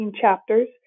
chapters